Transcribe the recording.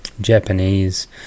Japanese